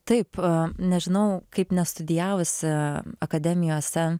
taip nežinau kaip nestudijavusi akademijose